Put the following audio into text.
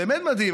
באמת מדהים,